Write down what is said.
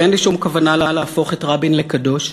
ואין לי שום כוונה להפוך את רבין לקדוש,